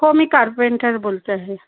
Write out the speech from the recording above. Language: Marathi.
हो मी कारपेंटर बोलते आहे